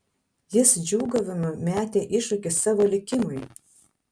jis džiūgavimu metė iššūkį savo likimui